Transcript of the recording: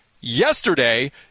yesterday